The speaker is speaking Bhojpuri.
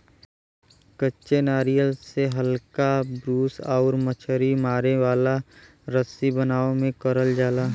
कच्चे नारियल से हल्का ब्रूस आउर मछरी मारे वाला रस्सी बनावे में करल जाला